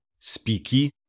Speaky